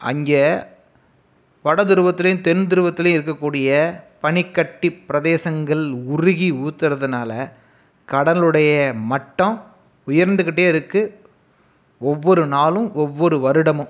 அங்கே வடதுருவத்திலையும் தென்துருவத்திலையும் இருக்கக்கூடிய பனிக்கட்டி பிரதேசங்கள் உருகி ஊற்றறதுனால கடலுடைய மட்டம் உயர்ந்துக்கிட்டே இருக்கு ஒவ்வொரு நாளும் ஒவ்வொரு வருடமும்